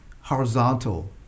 horizontal